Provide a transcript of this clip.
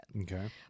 Okay